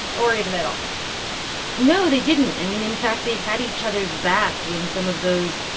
or even at all no, they didn't. i mean, in fact, they had each other's back when some of those,